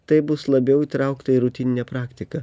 tai bus labiau įtraukta į rutininę praktiką